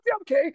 Okay